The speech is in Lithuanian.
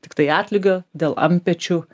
tiktai atlygio dėl antpečių